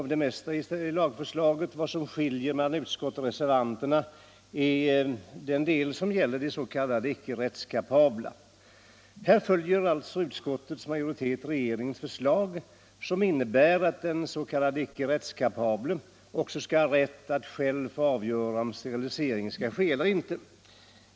Vad som huvudsakligen skiljer utskottets majoritet från reservanterna är den del i förslaget som gäller de s.k. icke rättskapabla. Härvidlag följer utskottets majoritet regeringens förslag, som innebär att också den s.k. icke rättskapable skall äga att själv avgöra om sterilisering skall ske eller inte.